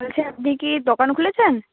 বলছি আপনি কি দোকান খুলেছেন